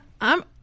I'm-